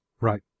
Right